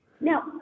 Now